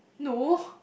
no